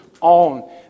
on